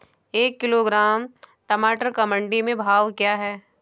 एक किलोग्राम टमाटर का मंडी में भाव क्या है?